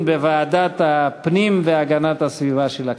לוועדת הפנים והגנת הסביבה של הכנסת.